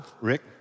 Rick